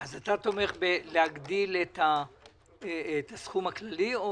אתה תומך בהגדלת הסכום הכללי?